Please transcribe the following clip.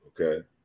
okay